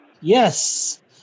Yes